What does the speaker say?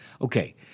Okay